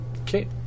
Okay